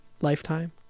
lifetime